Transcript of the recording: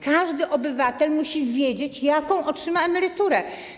Każdy obywatel musi wiedzieć, jaką otrzyma emeryturę.